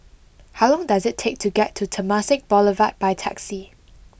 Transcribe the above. how long does it take to get to Temasek Boulevard by taxi